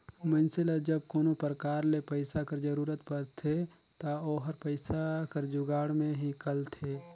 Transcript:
मइनसे ल जब कोनो परकार ले पइसा कर जरूरत परथे ता ओहर पइसा कर जुगाड़ में हिंकलथे